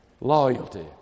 Loyalty